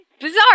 Bizarre